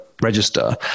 register